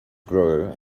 grew